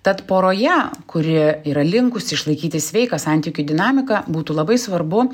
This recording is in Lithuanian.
tad poroje kuri yra linkusi išlaikyti sveiką santykių dinamiką būtų labai svarbu